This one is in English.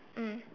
mm